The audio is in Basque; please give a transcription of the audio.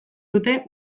dute